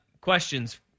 questions